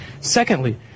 Secondly